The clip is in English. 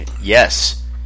Yes